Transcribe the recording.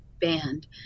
band